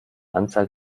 anzahl